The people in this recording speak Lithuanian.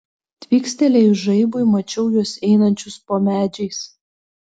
tvykstelėjus žaibui mačiau juos einančius po medžiais